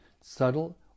subtle